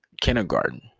Kindergarten